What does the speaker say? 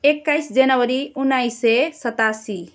एक्काइस जनवरी उन्नाइस सय सतासी